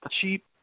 cheap